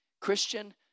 Christian